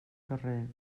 carrer